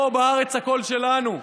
פה בארץ הכול שלנו.